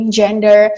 gender